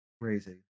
Crazy